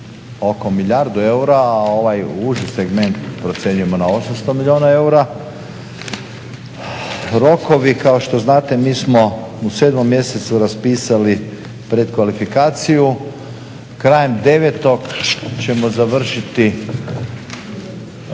oko milijardu eura, a ovaj uži segment procjenjujemo na 800 milijuna eura. Rokovi kao što znate mi smo u 7. mjesecu raspisali predkvalifikaciju, krajem 9. ćemo završiti